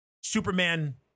Superman